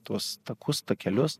tuos takus takelius